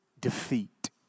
defeat